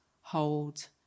hold